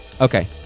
Okay